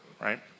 right